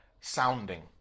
sounding